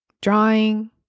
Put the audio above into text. drawing